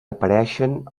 apareixen